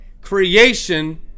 creation